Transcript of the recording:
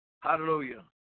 Hallelujah